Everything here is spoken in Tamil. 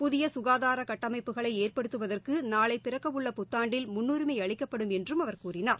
புதிய ககாதார கட்டமைப்புகளை ஏற்படுத்துவதற்கு நாளை பிறக்கவுள்ள புத்தாண்டில் முன்னுரிமை அளிக்கப்படும் என்றும் அவர் கூறினார்